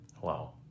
Wow